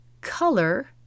color